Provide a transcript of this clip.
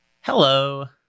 Hello